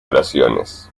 oraciones